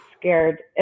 scared